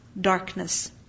darkness